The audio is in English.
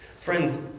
Friends